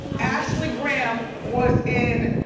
ashley graham was in.